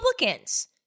Republicans